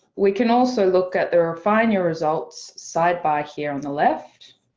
we can also look at the refine your results side by here on the left.